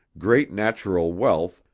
great natural wealth,